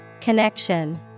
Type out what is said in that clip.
Connection